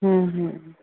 ਹਮ ਹਮ